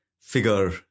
figure